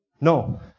no